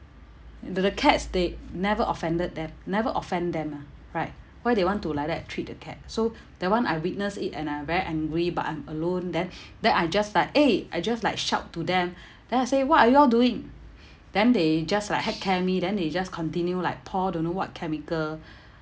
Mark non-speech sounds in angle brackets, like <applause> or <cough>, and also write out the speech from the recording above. the the cats they never offended them never offend them lah right why they want to like that treat the cat so that [one] I witnessed it and I very angry but I'm alone then <breath> then I just like eh I just like shout to them <breath> then I say what are you all doing <breath> then they just like heck care me then they just continue like pour don't know what chemical <breath>